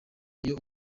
iyo